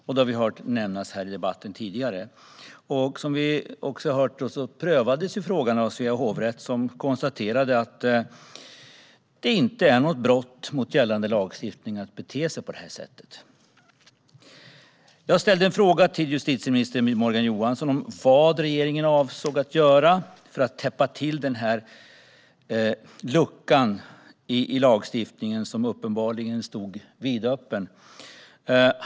Vi har hört detta nämnas här i debatten tidigare. Som vi också har hört prövades frågan av Svea hovrätt, som konstaterade att det inte är något brott mot gällande lagstiftning att bete sig på det här sättet. Jag ställde en fråga till justitieminister Morgan Johansson om vad regeringen avsåg att göra för att täppa till denna lucka i lagstiftningen, som uppenbarligen stod vidöppen.